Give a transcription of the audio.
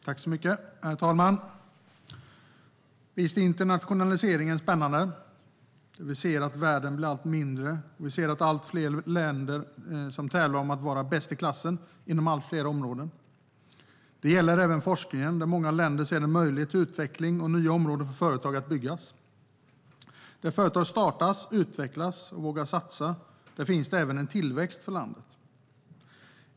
Herr talman! Visst är internationaliseringen spännande. Vi ser att världen blir allt mindre, och vi ser allt fler länder som tävlar om att vara bäst i klassen inom allt fler områden. Detta gäller även forskningen, där många länder ser en möjlighet till utveckling och nya områden för företag att byggas. Där företag startas, utvecklas och vågar satsa finns även tillväxten för landet.